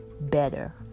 better